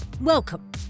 Welcome